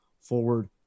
forward